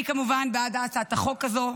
אני כמובן בעד הצעת החוק הזו,